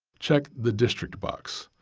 check the district box.